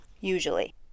usually